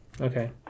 Okay